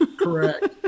Correct